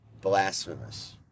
Blasphemous